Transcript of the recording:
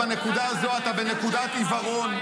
בנקודה הזאת אתה בנקודת עיוורון.